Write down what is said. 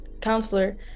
counselor